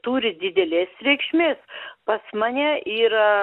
turi didelės reikšmės pas mane yra